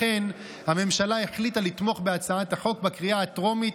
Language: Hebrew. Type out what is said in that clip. לכן הממשלה החליטה לתמוך בהצעת החוק בקריאה הטרומית,